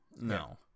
No